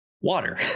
water